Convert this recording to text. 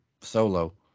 solo